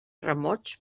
remots